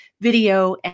video